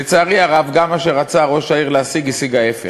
לצערי הרב, גם מה שרצה ראש העיר להשיג, השיג ההפך.